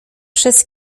przez